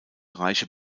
reiche